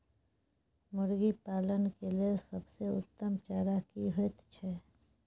मुर्गी पालन के लेल सबसे उत्तम चारा की होयत छै?